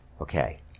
Okay